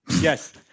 Yes